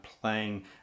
playing